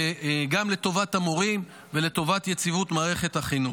גם לטובת המורים וגם לטובת יציבות מערכת החינוך.